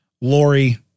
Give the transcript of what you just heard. Lori